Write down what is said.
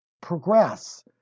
progress